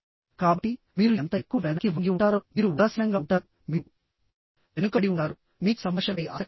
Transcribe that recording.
కాబట్టి మీరు ఎంత ఎక్కువ వెనక్కి వంగి ఉంటారో మీరు ఉదాసీనంగా ఉంటారు మీరు వెనుకబడి ఉంటారు మీకు సంభాషణపై ఆసక్తి ఉండదు